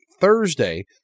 Thursday